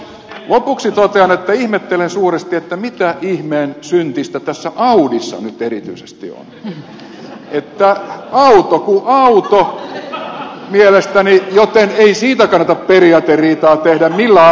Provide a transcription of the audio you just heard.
lopuksi totean että ihmettelen suuresti mitä ihmeen syntistä tässä audissa nyt erityisesti on että auto kuin auto mielestäni joten ei siitä kannata periaateriitaa tehdä millä autolla ministerit kulkevat